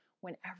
whenever